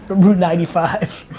but route ninety five